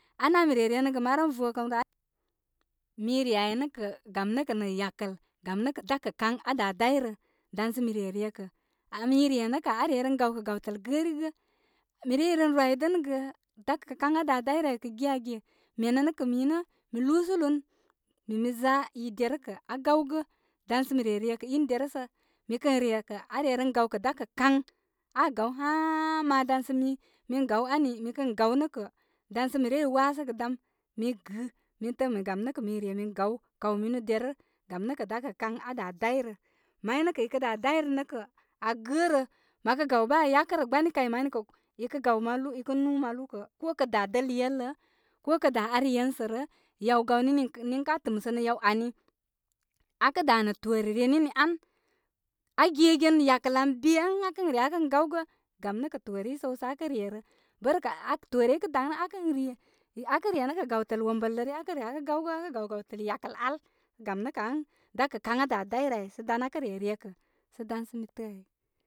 Anā mi re renəgə marəm, vookəm rə, mi re aynəkə' gam nəkə nə yakəl, gam nə' kə' dākə' kaŋ aa daa day rə. Dan sə mi re rekə. Mi re nə kə', na re ren gawkə gawtəl gərigə. Mirei ren rwi dənəgə. Dakə kaŋ aa daa dairə aykə' giya ge? Mene nə kə' mi nə mi luusə lun min, mi zai derə kə aa gaw nəi dan sə mi re rekə' in derə sə' mi kə re kə aa re ren gawkə dakə' kaŋ. Aa gaw haa ma dan sə mi min gaw ani. mi kən gaw nə kə', dan sə mi rei waasəgə dam sə mi gɨɨ. mi tāā min gam nə kə' min gaw kaw minu derə. Gam nə' kə' dakə kaŋ aa daa davə. May nə i kə daa dairə nə kə aa gəərə. Mə kə gaw bə aa yakərə. Gbani kai mani kə' i kə gaw malu i kə nuu malu kə ko kə daa dəl yeləə, ko kə daa ar yen sərə, yaw gawni niŋkə-niŋkə aa tɨmsənə yaw ani akə' daa nə' toore renini an, aa gegen yakəl an bēē ən aa kən re aa kən gawgə. Gam nə kə toore i səw sə aa kə' re rə. Bərəkə' aa kə' too re i kə daŋ nə aa kə re. Aa kə' re nə' kə gawtəl wom bələ rə aa re aa kə' gawgəwtəl yakəl al. Gam nə kə' an daka kaŋ aa daa dairə ai sə dan aa kə re re kə' sə dan sə mi təə ai.